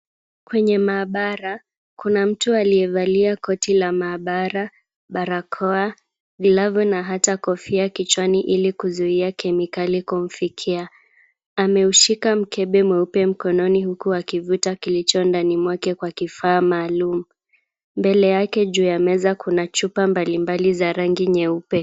Kwenye maabara kuna mtu aliyevalia koti la maabara, barakoa, glavu na hata kofia kichwani ili kuzuia kemikali kumfikia. Ameushika mkebe mweupe mkononi huku akivuta kilicho ndani mwake kwa kifaa maalum. Mbele yake juu ya meza kuna chupa mbalimbali za rangi nyeupe.